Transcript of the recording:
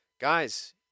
Guys